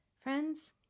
Friends